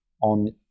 on